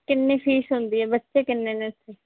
ਕਿੰਨੀ ਫੀਸ ਹੁੰਦੀ ਆ ਬੱਚੇ ਕਿੰਨੇ ਨੇ ਉੱਥੇ